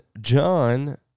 John